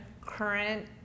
current